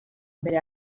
bere